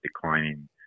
declining